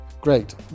Great